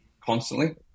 constantly